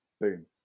boom